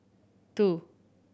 two